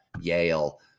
Yale